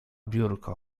biurko